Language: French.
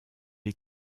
est